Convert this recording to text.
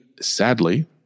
sadly